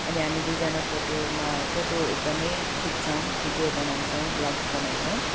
अनि हामी दुईजना फोटोमा फोटो एकदमै खिच्छौँ भिडियो बनाउँछौँ ब्लग्स बनाउँछौँ